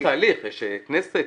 יש תהליך, יש כנסת.